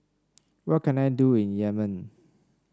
what can I do in Yemen